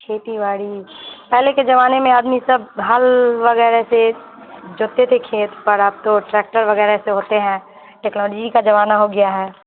کھیتی باڑی پہلے کے زمانے میں آدمی سب حل وغیرہ سے جوتتے تھے کھیت پر اب تو ٹریکٹر وغیرہ سے ہوتے ہیں ٹیکناروجی کا زمانہ ہو گیا ہے